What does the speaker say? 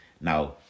now